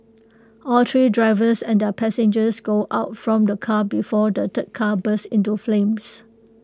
all three drivers and their passengers go out from the car before the third car burst into flames